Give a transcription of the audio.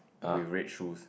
with red shoes